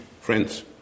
friends